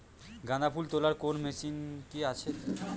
গাঁদাফুল তোলার কোন মেশিন কি আছে?